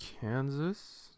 kansas